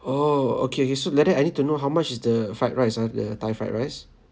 oh okay okay so like that I need to know how much is the fried rice ah the thai fried rice